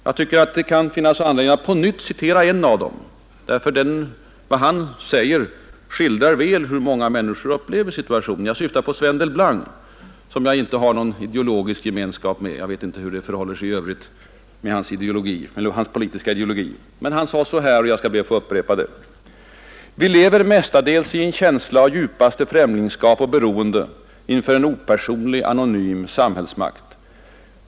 Jag tycker att det kan finnas anledning att på nytt återge en av dem, därför att det han säger skildrar hur många människor upplever situationen. Jag syftar på ett citat av Sven Delblanc, om vilkens politiska ideologi jag inte vet något alls. Han uttryckte sig så här: ”Vi lever mestadels i en känsla av djupaste främlingskap och beroende inför en opersonlig, anonym samhällsmakt.